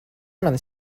mani